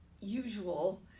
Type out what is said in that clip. usual